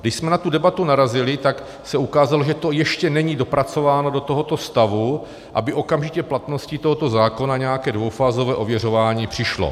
Když jsme na tu debatu narazili, tak se ukázalo, že to ještě není dopracováno do tohoto stavu, aby okamžitě platností tohoto zákona nějaké dvoufázové ověřování přišlo.